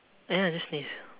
ya just sneeze